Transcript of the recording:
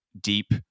deep